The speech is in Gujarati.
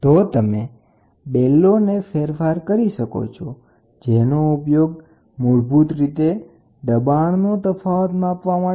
તો તમે મૂળભૂત રીતે ડીફ્રન્સીઅલ પ્રેસર માટે મેટાલિક બેલોસમાં ફેરફાર કરી શકો છો દબાણ માપવા માટે